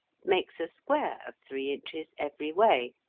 makes a square of three inches every way,